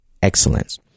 excellence